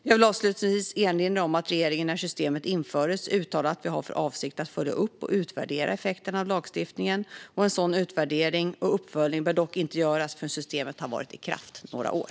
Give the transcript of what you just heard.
Jag vill avslutningsvis erinra om att regeringen när systemet infördes uttalade att vi har för avsikt att följa upp och utvärdera effekterna av lagstiftningen. En sådan utvärdering och uppföljning bör dock inte göras förrän systemet har varit i kraft några år.